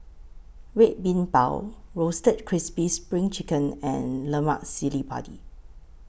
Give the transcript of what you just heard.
Red Bean Bao Roasted Crispy SPRING Chicken and Lemak Cili Padi